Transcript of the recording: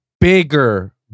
bigger